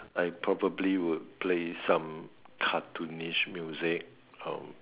I probably would play some cartoonish music or